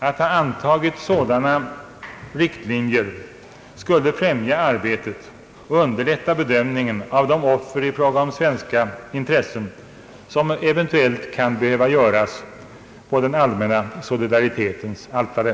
Att ha antagit sådana riktlinjer skulle främja arbetet och underlätta bedömningen av de offer i fråga om svenska intressen som eventuellt kan behöva göras på den allmänna solidaritetens altare.